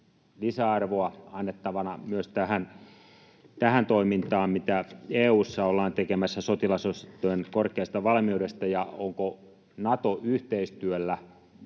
lisäarvoa annettavana myös tähän toimintaan, mitä EU:ssa ollaan tekemässä sotilasosastojen korkeasta valmiudesta ja onko Nato-yhteistyöllä